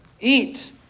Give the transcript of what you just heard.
eat